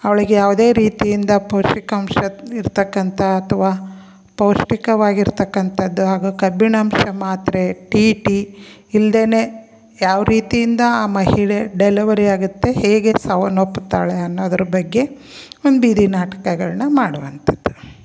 ಅವ್ಳಿಗೆ ಯಾವುದೇ ರೀತಿಯಿಂದ ಪೌಷ್ಟಿಕಾಂಶ ಇರತಕ್ಕಂಥ ಅಥವಾ ಪೌಷ್ಟಿಕವಾಗಿರ್ತಕ್ಕಂಥದ್ದು ಹಾಗೂ ಕಬ್ಬಿಣಾಂಶ ಮಾತ್ರೆ ಟಿ ಟಿ ಇಲ್ದೆ ಯಾವ ರೀತಿಯಿಂದ ಆ ಮಹಿಳೆ ಡೆಲವರಿ ಆಗುತ್ತೆ ಹೇಗೆ ಸಾವನ್ನೊಪ್ತಾಳೆ ಅನ್ನೋದ್ರ ಬಗ್ಗೆ ಒಂದು ಬೀದಿ ನಾಟಕಗಳ್ನ ಮಾಡುವಂಥದ್ದು